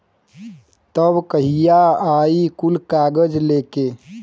तब कहिया आई कुल कागज़ लेके?